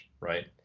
right